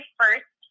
first